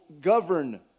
govern